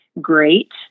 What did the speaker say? great